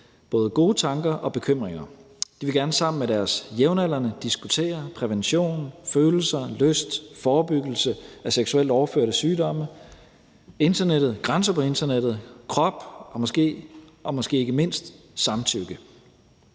både gode tanker og bekymringer. De vil gerne sammen med deres jævnaldrende diskutere prævention, følelser, lyst, forebyggelse af seksuelt overførte sygdomme, internettet, grænser på internettet, krop og måske ikke mindst samtykke.